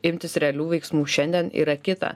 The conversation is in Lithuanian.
imtis realių veiksmų šiandien yra kita